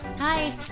Hi